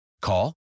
Call